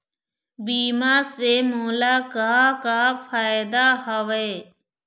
बीमा से मोला का का फायदा हवए?